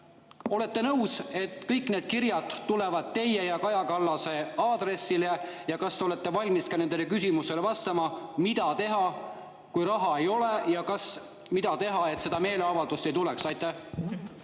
olete nõus, et kõik need kirjad tulevad teie ja Kaja Kallase aadressil? Kas te olete valmis vastama nendele küsimustele, mida teha, kui raha ei ole? Ja mida teha, et seda meeleavaldust ei tuleks? Aitäh,